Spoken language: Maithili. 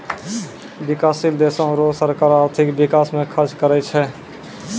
बिकाससील देसो रो सरकार आर्थिक बिकास म खर्च करै छै